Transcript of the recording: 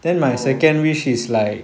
oh